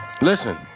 listen